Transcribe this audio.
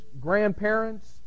grandparents